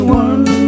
one